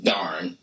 Darn